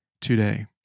today